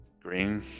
Green